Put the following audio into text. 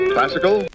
Classical